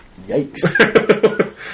Yikes